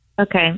Okay